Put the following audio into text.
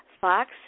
Fox